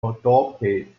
adopted